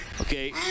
okay